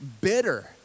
bitter